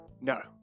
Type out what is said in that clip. No